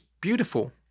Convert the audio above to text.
beautiful